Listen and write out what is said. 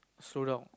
slow down